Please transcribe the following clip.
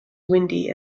windy